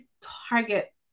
target